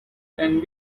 and